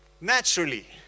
naturally